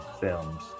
films